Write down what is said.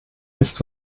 ist